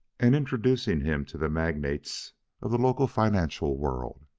and introducing him to the magnates of the local financial world.